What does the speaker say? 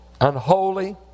unholy